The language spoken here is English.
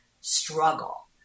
struggle